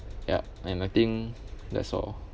ya and I think that's all